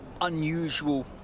unusual